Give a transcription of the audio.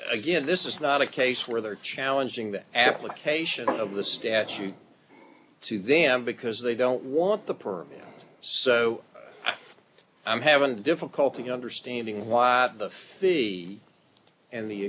again this is not a case where they're challenging the application of the statue to them because they don't want the permit so i'm having difficulty understanding why the fee and the